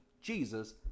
Jesus